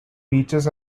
beaches